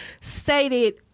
stated